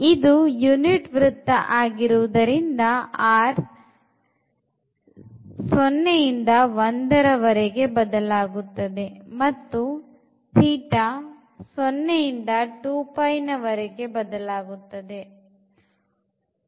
ಇದು unit ವೃತ್ತ ಆಗಿರುವುದರಿಂದ r 0 ಇಂದ 1 ರ ವರೆಗೆ ಬದಲಾಗುತ್ತದೆ ಮತ್ತು θ 0 ಇಂದ 2π ಬದಲಾಗುತ್ತದೆ